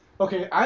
Okay